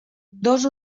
dos